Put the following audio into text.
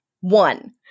one